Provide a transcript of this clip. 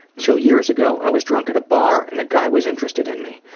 two years ago i was drunk at a bar and a guy was interested in me.